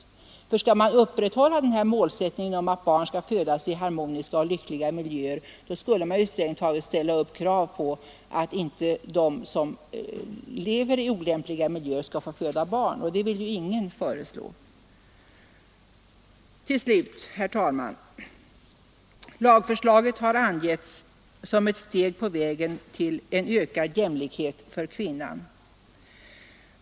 Om man skall upprätthålla den här målsättningen att barn skall födas i harmoniska och lyckliga miljöer, skulle man strängt taget ställa krav på att de som lever i olämpliga miljöer inte skall få föda barn. Det vill ju ingen föreslå. Till slut, herr talman! Lagförslaget har angetts som ett steg på vägen till ökad jämlikhet för kvinnan.